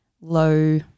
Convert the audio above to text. low